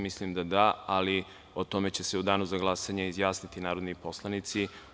Mislim da, da, ali o tome će se u danu za glasanje izjasniti narodni poslanici.